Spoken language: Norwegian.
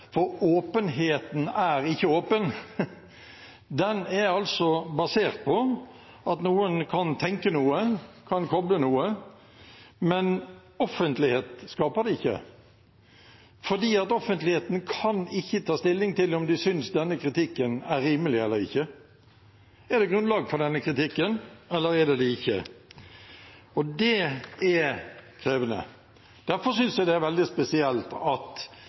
for åpenheten er ikke åpen. Den er altså basert på at noen kan tenke noe, kan koble noe, men offentlighet skaper det ikke, fordi offentligheten kan ikke ta stilling til om de synes denne kritikken er rimelig eller ikke. Er det grunnlag for denne kritikken, eller er det ikke det? Det er krevende. Derfor synes jeg det er veldig spesielt at